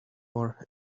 more